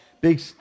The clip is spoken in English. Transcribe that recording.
Big